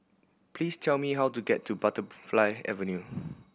please tell me how to get to Butterfly Avenue